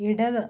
ഇടത്